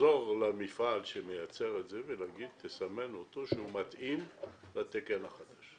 לחזור למפעל שמייצר ולבקש שיסמנו שהפיגום מתאים תקן החדש.